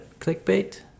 clickbait